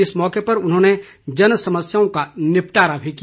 इस मौके पर उन्होंने जनसमस्याओं का निपटारा भी किया